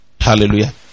Hallelujah